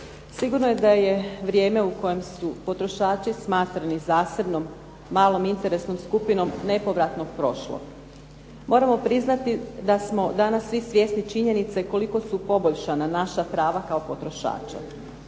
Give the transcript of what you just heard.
Sigurno je da je vrijeme u kojem su potrošači smatrani zasebnom malom interesnom skupinom nepovratno prošlo. Moramo priznati da smo danas svi svjesni činjenice koliko su poboljšana naša prava kao potrošača.